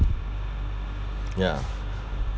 ya